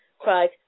cried